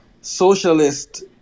Socialist